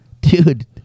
Dude